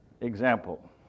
example